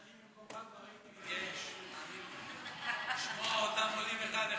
אני במקומך הייתי מתייאש לשמוע אותם עולים אחד-אחד.